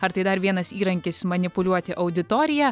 ar tai dar vienas įrankis manipuliuoti auditorija